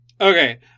Okay